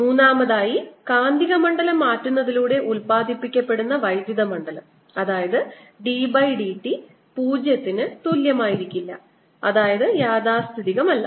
മൂന്നാമതായി കാന്തിക മണ്ഡലം മാറ്റുന്നതിലൂടെ ഉത്പാദിപ്പിക്കപ്പെടുന്ന വൈദ്യുത മണ്ഡലം അതായത് dBdt 0 ന് തുല്യമല്ല അതായത് യാഥാസ്ഥിതികമല്ല